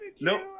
nope